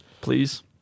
please